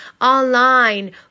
online